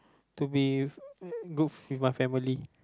to be good with my family